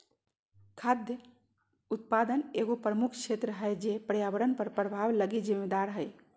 खाद्य उत्पादन एगो प्रमुख क्षेत्र है जे पर्यावरण पर प्रभाव लगी जिम्मेदार हइ